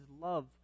love